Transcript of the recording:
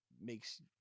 makes